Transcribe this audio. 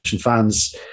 fans